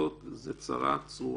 כי מעטפות כפולות זו צרה צרורה.